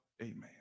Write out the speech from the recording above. Amen